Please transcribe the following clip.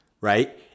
right